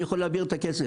אני יכול להעביר את הכסף.